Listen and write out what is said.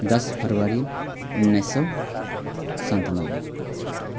दस फेब्रुएरी उन्नाइस सय सन्तानब्बे